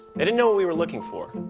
they didn't know what we were looking for.